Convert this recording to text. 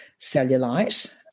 cellulite